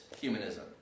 humanism